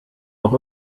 noch